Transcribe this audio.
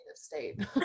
state